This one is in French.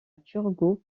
turgot